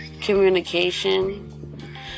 communication